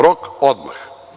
Rok – odmah.